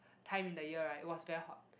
time in the year right it was very hot